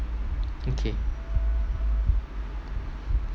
okay